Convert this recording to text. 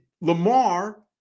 Lamar